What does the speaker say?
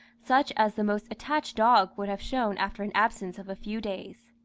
such as the most attached dog would have shown after an absence of a few days.